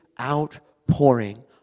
outpouring